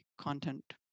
content